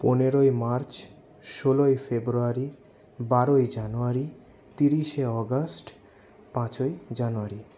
পনেরোই মার্চ ষোলোই ফেব্রুয়ারি বারোই জানুয়ারি তিরিশে অগাস্ট পাঁচই জানুয়ারি